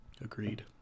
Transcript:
Agreed